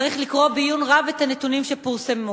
צריך לקרוא בעיון רב את הנתונים שפורסמו.